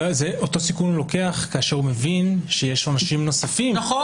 הוא לוקח סיכון גם כי יש עונשים נוספים לצד --- אותי זה לא משכנע,